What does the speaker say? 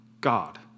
God